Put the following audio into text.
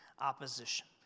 opposition